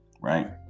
right